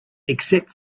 except